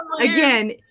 again